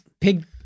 pig